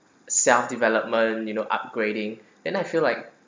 self development you know upgrading then I feel like